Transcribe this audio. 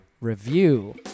review